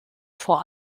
vor